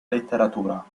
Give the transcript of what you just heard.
letteratura